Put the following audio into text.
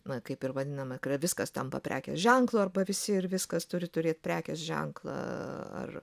na kaip ir vadiname kai viskas tampa prekės ženklu arba visi ir viskas turi turėt prekės ženklą ar